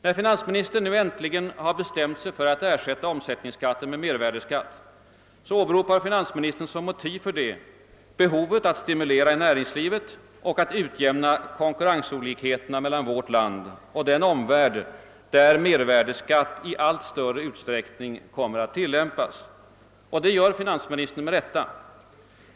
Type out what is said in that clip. När finansministern nu äntligen har bestämt sig för att ersätta omsättningsskatten med mervärdeskatt åberopar han som motiv härför behovet att stimulera näringslivet och att utjämna konkurrensolikheterna mellan vårt land och den omvärld där mervärdeskatt i allt större utsträckning kommer att tilllämpas. Och det gör han med rätta.